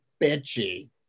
bitchy